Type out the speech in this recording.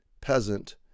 peasant